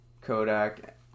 Kodak